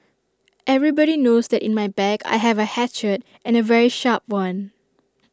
everybody knows that in my bag I have A hatchet and A very sharp one